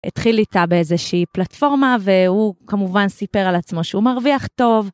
התחיל איתה באיזושהי פלטפורמה והוא כמובן סיפר על עצמו שהוא מרוויח טוב.